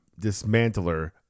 dismantler